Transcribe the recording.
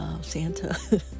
Santa